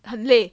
很累